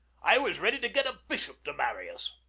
i was ready to get a bishop to marry us.